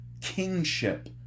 kingship